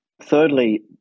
thirdly